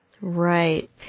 Right